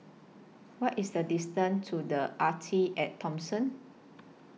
What IS The distance to The Arte At Thomson